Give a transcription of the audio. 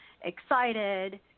excited